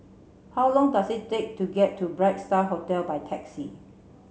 how long does it take to get to Bright Star Hotel by taxi